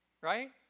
right